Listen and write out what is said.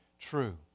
true